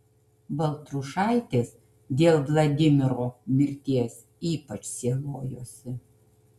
baltrušaitis dėl vladimiro mirties ypač sielojosi